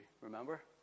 Remember